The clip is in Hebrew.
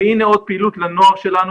והנה עוד פעילות לנוער שלנו,